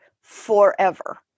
forever